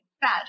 bad